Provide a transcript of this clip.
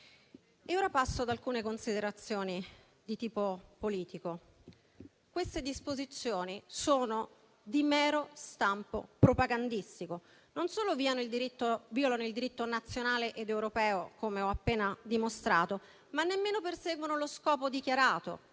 ora ad alcune considerazioni di tipo politico. Le disposizioni del provvedimento sono di mero stampo propagandistico: non solo violano il diritto nazionale ed europeo, come ho appena dimostrato, ma nemmeno perseguono lo scopo dichiarato,